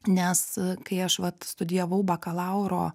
nes kai aš vat studijavau bakalauro